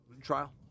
trial